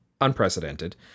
unprecedented